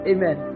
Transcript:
Amen